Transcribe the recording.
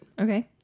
Okay